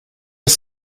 ist